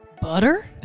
butter